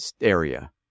area